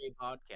podcast